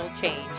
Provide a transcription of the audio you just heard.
change